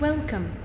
Welcome